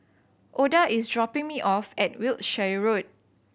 Oda is dropping me off at Wiltshire Road